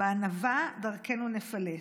בענווה דרכנו נפלס.